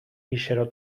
mísero